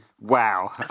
Wow